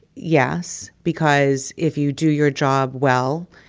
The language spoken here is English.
yes, because if you do your job well,